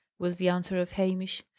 was the answer of hamish.